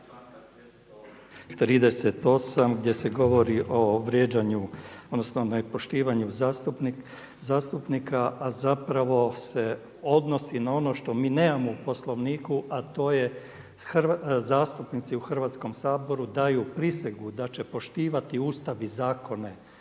odnosno nepoštivanju zastupnika a zapravo se odnosi na ono što mi nemamo u Poslovniku a to je zastupnici u Hrvatskom saboru daju prisegu da će poštivati Ustav i zakone